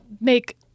make